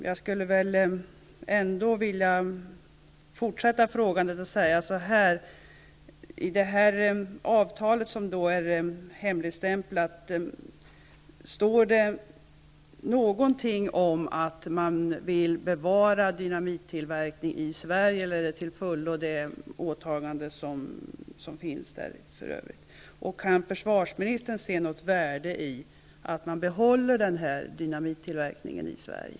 Jag skulle vilja fortsätta frågandet och säga så här: Står det någonting om att man vill bevara dynamittillverkning i Sverige i det avtal som är hemligstämplat? Kan försvarsministern se något värde i att man behåller den här dynamittillverkningen i Sverige?